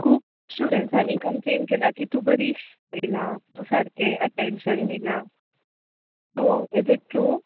खूब स्टुडंसानी कंम्पेलेन केल्या कि तू बरी शिकयना तू सारके अटेंशन दिना ट्र्रू इज इट ट्रू